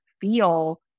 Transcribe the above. feel